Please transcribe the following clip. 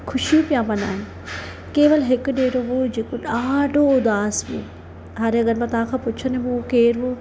ख़ुशियूं पिया मल्हाइनि केवल हिकु ॾेढ हो जेको ॾाढो उदासु हो हाणे अगरि मां तव्हां खा पुछंदमि की उहो केरु हुओ